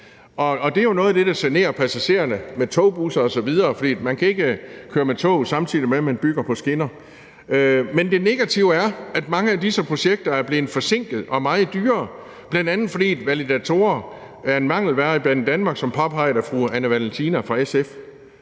der er noget af det, der generer passagererne, togbusser osv., for man kan ikke køre med tog, samtidig med at man bygger på skinner. Kl. 12:13 Men det negative er, at mange af disse projekter er blevet forsinket og meget dyrere, bl.a. fordi validatorer er en mangelvare i Banedanmark som påpeget af fru Anne Valentina